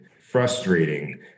frustrating